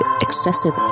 excessive